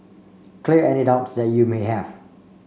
clear any doubts that you may have